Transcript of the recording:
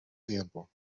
tiempo